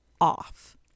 off